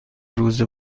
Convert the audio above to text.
روز